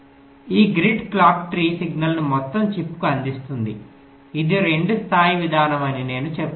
ఆ grid clock tree సిగ్నల్ను మొత్తం చిప్కు అందిస్తుంది ఇది 2 స్థాయి విధానం అని నేను చెపుతున్నాను